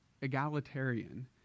egalitarian